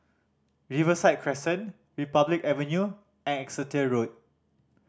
Riverside Crescent Republic Avenue and Exeter Road